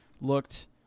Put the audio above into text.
looked